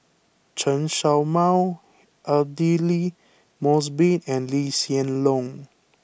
Chen Show Mao Aidli Mosbit and Lee Hsien Loong